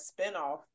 spinoff